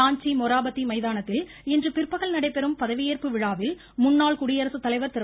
ராஞ்சி மொராபத்தி மைதானத்தில் இன்று பிற்பகல் நடைபெறும் பதவியேற்பு விழாவில் முன்னாள் குடியரசு தலைவர் திரு